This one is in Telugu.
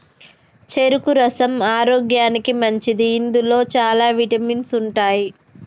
చెరుకు రసం ఆరోగ్యానికి మంచిది ఇందులో చాల విటమిన్స్ ఉంటాయి